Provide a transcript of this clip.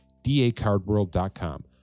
dacardworld.com